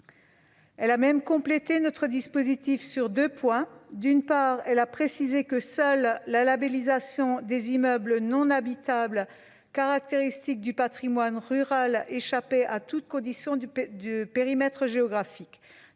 Elle a même complété notre dispositif sur deux points : d'une part, elle a précisé que seule la labellisation des immeubles non habitables « caractéristiques du patrimoine rural » échappait à toute condition de périmètre géographique